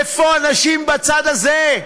איפה הנשים בצד הזה?